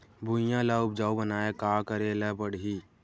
भुइयां ल उपजाऊ बनाये का करे ल पड़ही?